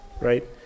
right